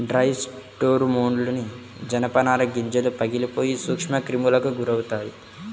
dry స్టోర్రూమ్లోని జనపనార గింజలు పగిలిపోయి సూక్ష్మక్రిములకు గురవుతాయి